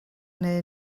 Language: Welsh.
neu